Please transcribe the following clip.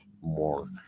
more